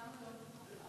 למה לא?